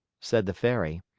said the fairy,